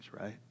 right